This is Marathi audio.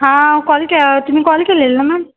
हां कॉल कॅ तुमी कॉल केलेला ना मॅम